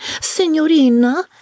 Signorina